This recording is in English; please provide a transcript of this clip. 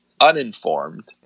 uninformed